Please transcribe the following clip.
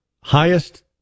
highest